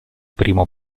primo